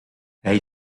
hij